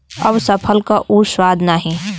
अब फसल क उ स्वाद नाही हौ